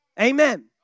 Amen